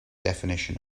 definition